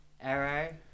Arrow